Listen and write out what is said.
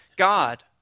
God